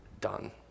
done